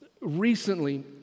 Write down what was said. recently